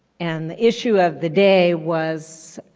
and the issue of the day was